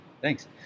thanks